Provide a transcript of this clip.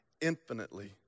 infinitely